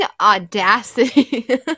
audacity